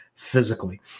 physically